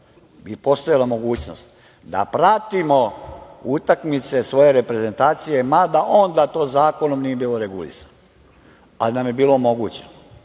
mi na selu da pratimo utakmice svoje reprezentacije, mada onda to zakonom nije bilo regulisano, ali nam je bilo omogućeno.